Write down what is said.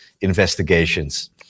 investigations